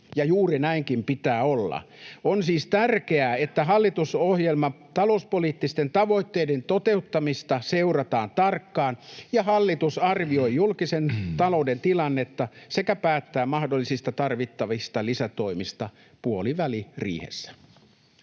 juuri näin pitääkin olla. On siis tärkeää, että hallitusohjelman talouspoliittisten tavoitteiden toteutumista seurataan tarkkaan ja hallitus arvioi julkisen talouden tilannetta sekä päättää mahdollisista tarvittavista lisätoimista puoliväliriihessä.